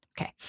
Okay